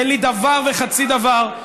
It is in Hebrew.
אין לי דבר וחצי דבר,